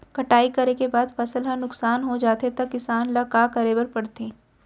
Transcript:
कटाई करे के बाद फसल ह नुकसान हो जाथे त किसान ल का करे बर पढ़थे?